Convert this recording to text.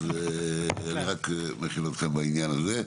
אז אני רק מכין אתכם בעניין הזה.